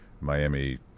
Miami